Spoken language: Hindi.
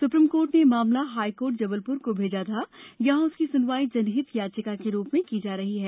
सुप्रीम कोर्ट ने यह मामला हाईकोर्ट जबलपुर को भेजा था यहाँ उसकी सुनवाई जनहित याचिका के रूप में की जा रही है